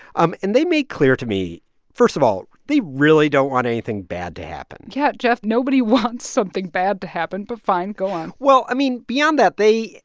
um and they made clear to me first of all, they really don't want anything bad to happen yeah, geoff. nobody wants something bad to happen. but fine. go on well, i mean, beyond that they,